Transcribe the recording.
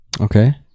okay